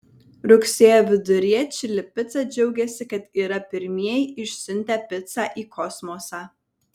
rugsėjo viduryje čili pica džiaugėsi kad yra pirmieji išsiuntę picą į kosmosą